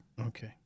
Okay